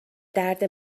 درد